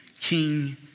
King